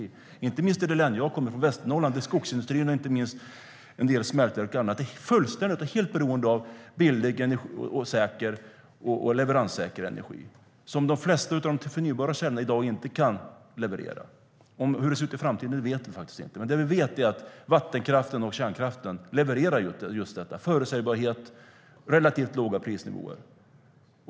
Det gäller inte minst i det län som jag kommer ifrån, Västernorrland, där i synnerhet skogsindustrin, en del smältverk och annat är fullständigt beroende av billig, säker och leveranssäker energi. De flesta av de förnybara källorna kan i dag inte leverera sådan energi. Hur det ser ut i framtiden vet vi inte. Men det vi vet är att vattenkraften och kärnkraften levererar just detta: förutsägbarhet och relativt låga prisnivåer.